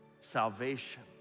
salvation